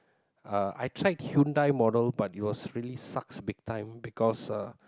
uh I tried Hyundai model but it was really sucks big time because uh